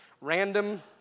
random